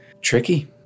Tricky